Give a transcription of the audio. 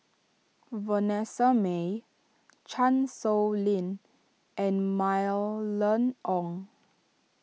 Vanessa Mae Chan Sow Lin and Mylene Ong